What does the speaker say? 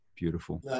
beautiful